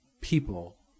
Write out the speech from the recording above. people